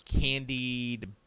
candied